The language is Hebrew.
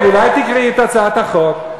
רגב, אולי תקראי את הצעת החוק?